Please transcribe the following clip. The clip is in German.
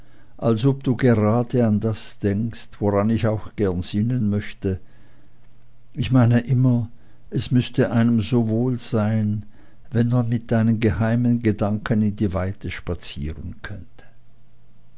als ob du gerade an das denkst woran ich auch gern sinnen möchte ich meine immer es müßte einem so wohl sein wenn man mit deinen geheimen gedanken in die weite spazieren könnte